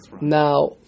now